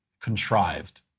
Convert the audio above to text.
contrived